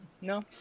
no